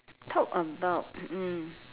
talk about mm